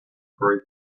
for